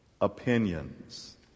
opinions